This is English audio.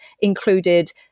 included